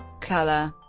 color